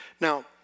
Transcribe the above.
Now